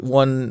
one